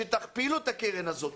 ותכפילו את הקרן הזאת